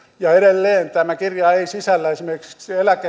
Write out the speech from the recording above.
ja edelleen tämä budjettikirja ei sisällä esimerkiksi